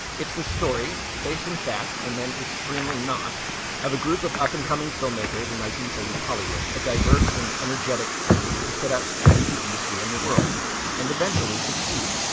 it's the story based, in fact, and then extremely not of a group of up and coming filmmakers in nineteen forty s hollywood, a diverse and energetic group who set out to change the industry and the world and eventually succeed.